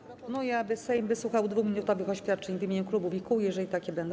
Proponuję, aby Sejm wysłuchał 2-minutowych oświadczeń w imieniu klubów i kół, jeżeli takie będą.